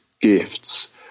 gifts